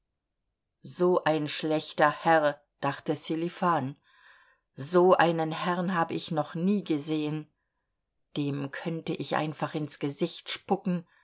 so ein schlechter herr dachte sselifan so einen herrn habe ich noch nie gesehen dem könnte ich einfach ins gesicht spucken